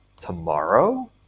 tomorrow